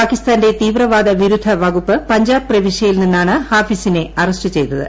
പാകിസ്ഥാന്റെ തീവ്രവാദ വിരുദ്ധ വകുപ്പ് പഞ്ചാബ് പ്രവിശ്യയിൽ നിന്നാണ് ഹാഫിസിനെ അറസ്റ്റ് ചെയ്തത്